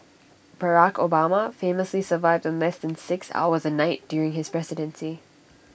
Barack Obama famously survived on less than six hours A night during his presidency